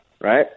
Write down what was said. right